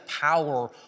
power